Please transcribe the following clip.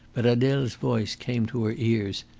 but adele's voice came to her ears,